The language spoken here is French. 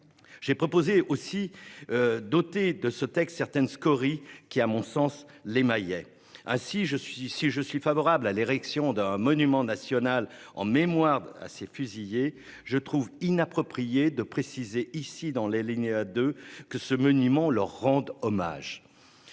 J'ai proposé aussi. Dotés de ce texte certaines scories qui à mon sens les maillets, ah si je suis si je suis favorable à l'érection d'un monument national en mémoire d'assez fusillés je trouve inapproprié de préciser, ici, dans la lignée de que ce monument leur rendent hommage.